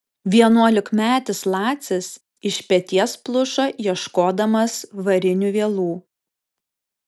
vienuolikmetis lacis iš peties pluša ieškodamas varinių vielų